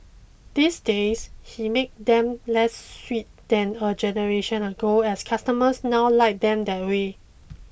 these days he make them less sweet than a generation ago as customers now like them that way